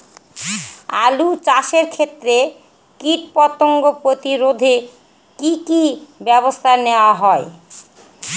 আলু চাষের ক্ষত্রে কীটপতঙ্গ প্রতিরোধে কি কী ব্যবস্থা নেওয়া হয়?